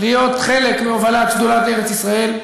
להיות חלק מהובלת שדולת ארץ-ישראל,